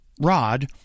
rod